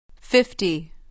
Fifty